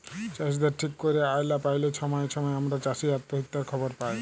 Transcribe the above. চাষীদের ঠিক ক্যইরে আয় লা প্যাইলে ছময়ে ছময়ে আমরা চাষী অত্যহত্যার খবর পায়